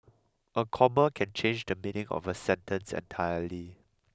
a comma can change the meaning of a sentence entirely